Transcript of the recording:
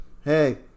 hey